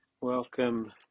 welcome